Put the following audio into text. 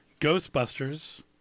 Ghostbusters